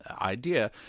idea